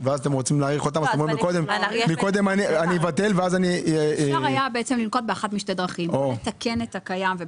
אתם אומרים: נחזיר את זה לתקופת הקורונה של 15%. אדייק.